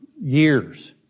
years